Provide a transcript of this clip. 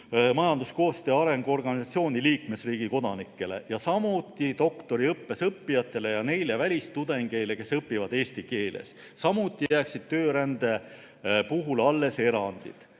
Majandusliku Koostöö ja Arengu Organisatsiooni liikmesriikide kodanikele, samuti doktoriõppes õppijatele ja neile välistudengeile, kes õpivad eesti keeles. Samuti jääksid töörände puhul alles erandid.